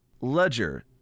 Ledger